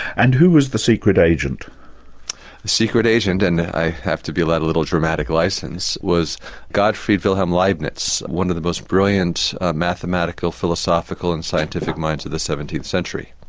and who was the secret agent? the secret agent, and i have to be allowed a little dramatic licence, was gottfried wilhelm leibniz, one of the most brilliant mathematical, philosophical and scientific minds of the seventeenth century.